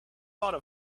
thought